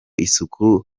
isuku